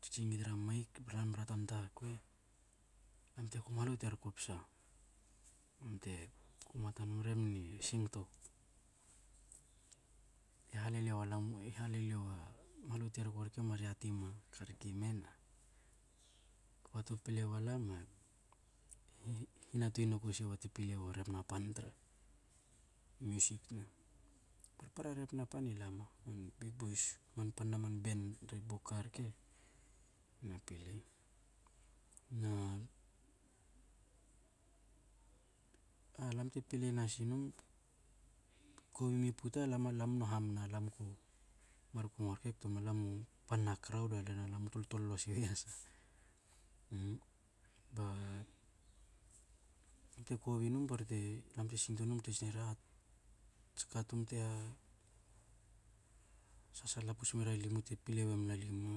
Tsitsing mi tra mike, ba lam bra tanta kuei lam te kuma num u terko psa. Ba lam te kuma tan nom, rbana i sngoto. I haleliou a lam, i haleliou a mahla u terko rke mar yati mia marka rke i me na kba tu pilei wa lam e hihna tuei nuko siwna te pilei wa rebna pan tra music. Parpara rebna pan i lama man big boys man pan na man ben ri buka rke i na pilei, na a lam te na pilei nasinum. Kobi mi pota lam mnu hamna lam ko markto wa rke, lam mu pan na crowd lam u toltolo siwi yasa. ba lam te kobi num, ba ri te lam te sngoto num bte tsinera tska tum te na sasala puts mera limu te pilei wemla limu.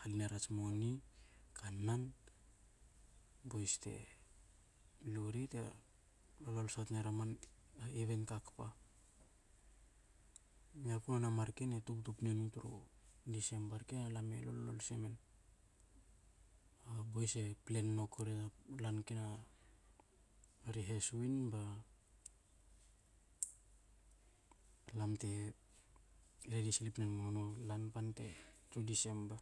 Hala nera tsmoni, kannan, boys te ru ri bte lolse tnera man events ka kpa. Niaku noni a marken e tubtu pne nu tru december. I rke alam e lol- lolso e men. Boys e plen noku ri lamn kena rehes win ba lam te reri sil pne num non lan pan te tru december.